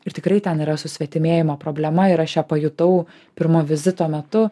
ir tikrai ten yra susvetimėjimo problema ir aš ją pajutau pirmo vizito metu